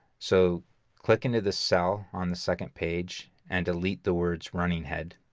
so click into the cell on the second page and delete the words running head.